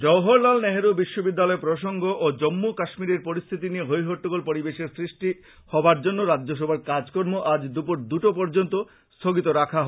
জওহরলাল নেহেরু বিশ্ববিদ্যালয় প্রসঙ্গ ও জম্মু কাশ্মীরের পরিস্থিতি নিয়ে হৈ হট্টগোল পরিবেশের সৃষ্টি হবার জন্য রাজ্যসভার কাজকর্ম আজ দুপুর দুটো পর্যন্ত স্থগিত রাখা হয়